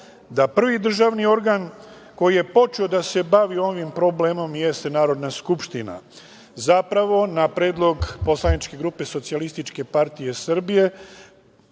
da prvi državni organ koji je počeo da se bavi ovim problemom jeste Narodna skupština. Zapravo, na predlog poslaničke grupe SPS 2005. godine formiran